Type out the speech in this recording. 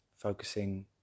Focusing